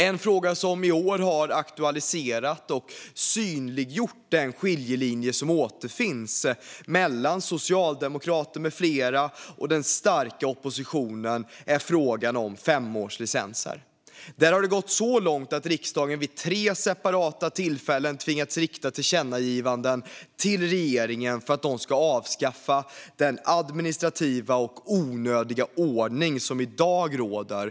En fråga som i år har aktualiserat och synliggjort den skiljelinje som återfinns mellan Socialdemokraterna med flera och den starka oppositionen är frågan om femårslicenser. Där har det gått så långt att riksdagen vid tre separata tillfällen tvingats rikta tillkännagivanden till regeringen för att de ska avskaffa den onödiga administrativa ordning som i dag råder.